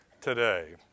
today